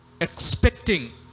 Expecting